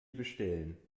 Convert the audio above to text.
bestellen